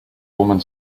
woman